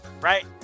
right